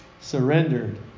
Surrendered